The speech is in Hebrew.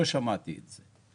לא שמעתי את זה.